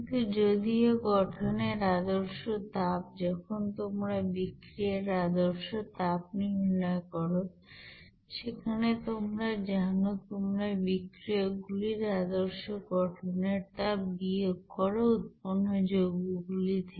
কিন্তু যদিও গঠনের আদর্শ তাপ যখন তোমরা বিক্রিয়ার আদর্শ তাপ নির্ণয় করো সেখানে তোমরা জানো তোমরা বিক্রিয়ক গুলির গঠনের আদর্শ তাপ বিয়োগ করো উৎপন্ন যৌগগুলি থেকে